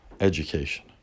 education